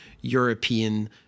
European